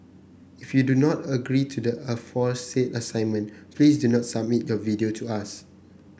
if you do not agree to the aforesaid assignment please do not submit your video to us